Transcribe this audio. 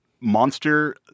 monster